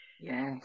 Yes